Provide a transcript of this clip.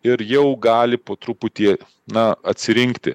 ir jau gali po truputį na atsirinkti